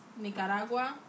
Nicaragua